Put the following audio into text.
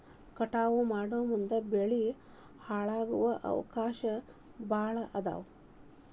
ಕಟಾವ ಮಾಡುಮುಂದ ಬೆಳಿ ಹಾಳಾಗು ಅವಕಾಶಾ ಭಾಳ ಅದಾವ